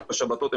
בשבתות,